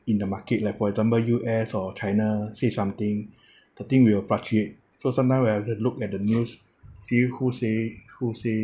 in the market like for example U_S or china say something the thing will fluctuate so sometime we have to look at the news see who say who say